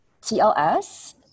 TLS